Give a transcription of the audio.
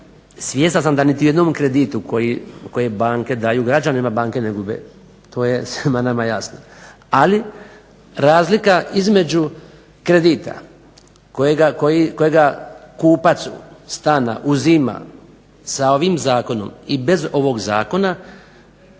svjestan sam da niti u jednom kreditu koji banke daju građanima banke ne gube. To je svima nama jasno. Ali razlika između kredita kojega kupac stana uzima sa ovim zakonom i bez ovog zakona,